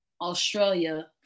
Australia